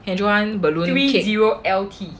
can draw one balloon cake